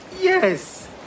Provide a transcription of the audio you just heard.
Yes